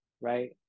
Right